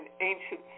ancient